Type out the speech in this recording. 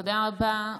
תודה רבה.